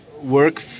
work